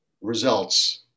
results